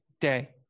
day